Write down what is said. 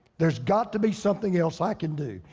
there's got to be something else i can do.